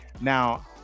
Now